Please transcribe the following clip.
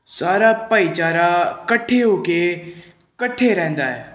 ਸਾਰਾ ਭਾਈਚਾਰਾ ਇਕੱਠੇ ਹੋ ਕੇ ਇਕੱਠੇ ਰਹਿੰਦਾ ਹੈ